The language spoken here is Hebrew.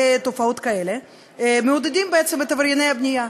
בתופעות כאלה, בעצם מעודדים את עברייני הבנייה.